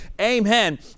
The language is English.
Amen